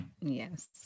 yes